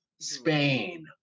Spain